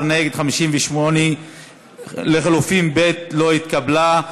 בעד, 16, נגד, 58. לחלופין (ב) לא התקבלה.